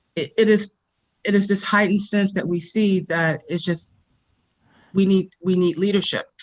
it is it is this heightened sense that we see that is just we need we need leadership.